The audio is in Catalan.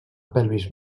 pelvis